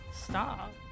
Stop